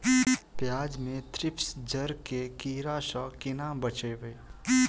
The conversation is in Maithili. प्याज मे थ्रिप्स जड़ केँ कीड़ा सँ केना बचेबै?